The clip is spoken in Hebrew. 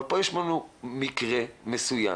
פה יש לנו מקרה מסוים